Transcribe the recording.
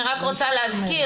אני רק רוצה להזכיר,